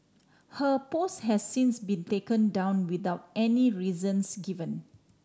her post has since been taken down without any reasons given